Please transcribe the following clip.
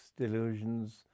delusions